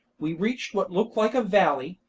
we reached what looked like a valley,